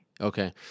Okay